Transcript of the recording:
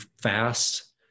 fast